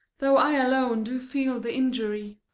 though i alone do feel the injury.